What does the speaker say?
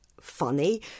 funny